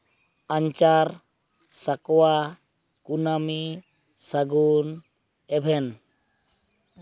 ᱟᱧᱪᱟᱨ ᱥᱟᱠᱣᱟ ᱠᱩᱱᱟᱹᱢᱤ ᱥᱟᱹᱜᱩᱱ ᱮᱵᱷᱮᱱ